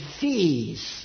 fees